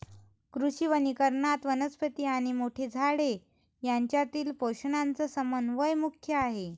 कृषी वनीकरणात, वनस्पती आणि मोठी झाडे यांच्यातील पोषणाचा समन्वय मुख्य आहे